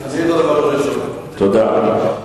תודה.